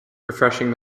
refreshing